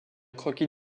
croquis